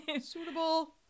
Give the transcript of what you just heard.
suitable